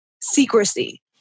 secrecy